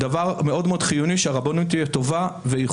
זה צריך להיות דבר מאוד מאוד חיוני שהרבנות תהיה טובה ואיכותית.